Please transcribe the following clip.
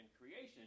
creation—